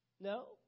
No